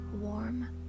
warm